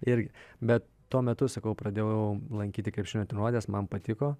irgi bet tuo metu sakau pradėjau lankyti krepšinio treniruotes man patiko